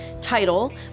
title